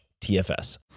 TFS